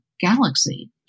galaxy